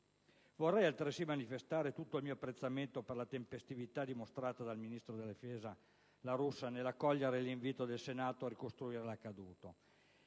Vorrei altresì manifestare tutto il mio apprezzamento per la tempestività dimostrata dal Ministro della difesa ad accogliere l'invito del Senato a ricostruire l'accaduto